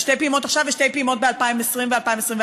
זה שתי פעימות עכשיו ושתי פעימות ב-2020 ו-2021.